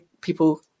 people